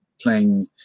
playing